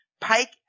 Pike